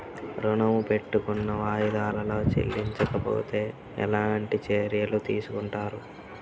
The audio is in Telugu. ఋణము పెట్టుకున్న వాయిదాలలో చెల్లించకపోతే ఎలాంటి చర్యలు తీసుకుంటారు?